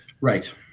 Right